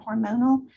hormonal